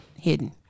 hidden